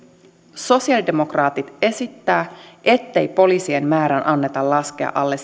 sosialidemokraatit esittävät ettei poliisien määrän anneta laskea alle